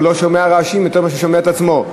הוא שומע רעשים יותר ממה שהוא שומע את עצמו.